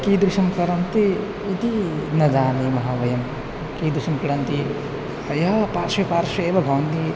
कीदृशं कुर्वन्ति इति न जानीमः वयं कीदृशं पीडन्ति अयं पार्श्वे पार्श्वे एव भवन्ति